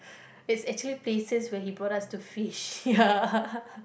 it's actually places where he brought us to fish ya